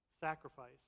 sacrifice